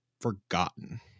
forgotten